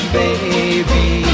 baby